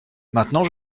maintenant